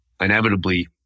inevitably